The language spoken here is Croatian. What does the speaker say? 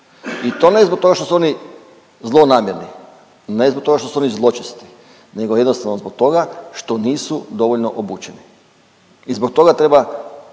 I to ne zbog toga što su oni zlonamjerni, ne zbog toga što su oni zločesti, nego jednostavno zbog toga što nisu dovoljno obučeni i zbog toga treba